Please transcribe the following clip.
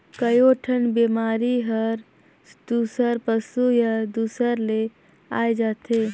कयोठन बेमारी हर दूसर पसु या दूसर ले आये जाथे